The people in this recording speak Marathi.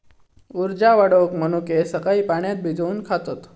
उर्जा वाढवूक मनुके सकाळी पाण्यात भिजवून खातत